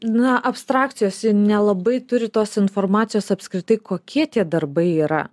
na abstrakcijos nelabai turi tos informacijos apskritai kokie tie darbai yra